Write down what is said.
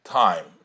time